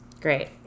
Great